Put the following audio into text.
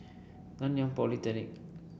Nanyang Polytechnic